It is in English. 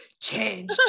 change